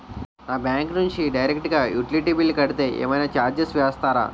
నా బ్యాంక్ నుంచి డైరెక్ట్ గా యుటిలిటీ బిల్ కడితే ఏమైనా చార్జెస్ వేస్తారా?